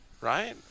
right